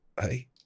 hey